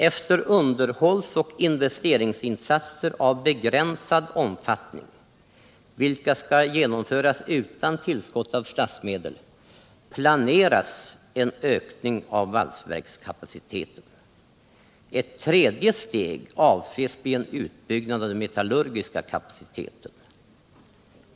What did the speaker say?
Efter underhållsoch investeringsinsatser av begränsad omfattning, vilka skall genomföras utan tillskott av statsmedel, planeras en ökning av valsverkskapaciteten. Ett tredje steg avses bli en utbyggnad av den metallurgiska kapaciteten.